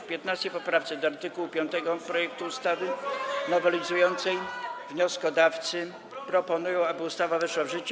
W 15. poprawce do art. 5 projektu ustawy nowelizującej wnioskodawcy proponują, aby ustawa weszła w życie.